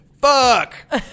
Fuck